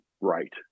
right